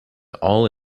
all